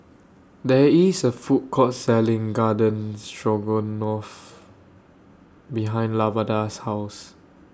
There IS A Food Court Selling Garden Stroganoff behind Lavada's House